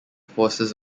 forces